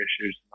issues